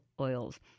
oils